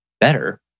better